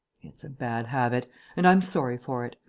it's a bad habit and i'm sorry for it.